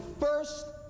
first